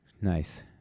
Nice